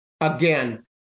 again